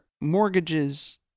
mortgages